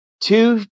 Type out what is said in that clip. two